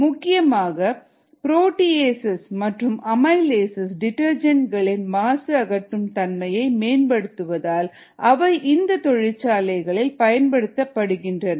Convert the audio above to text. முக்கியமாக புரோடிஏசஸ் மற்றும் அமைலேஸ்சஸ் டிடர்ஜென்ட்களின் மாசு அகற்றும் தன்மையை மேம்படுத்துவதால் அவை இந்த தொழிற்சாலைகளில் பயன்படுத்தப்படுகின்றன